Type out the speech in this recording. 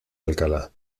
alcalá